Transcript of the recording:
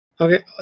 Okay